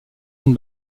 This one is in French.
une